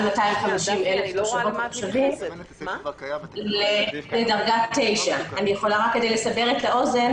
250,000 תושבות ותושבים לדרגה 9. רק כדי לסבר את האוזן,